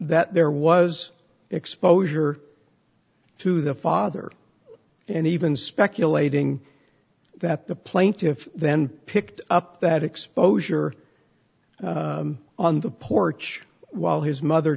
that there was exposure to the father and even speculating that the plaintiff then picked up that exposure on the porch while his mother